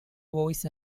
voice